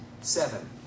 seven